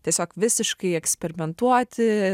tiesiog visiškai eksperimentuoti